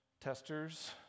testers